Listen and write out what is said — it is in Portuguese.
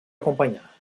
acompanhar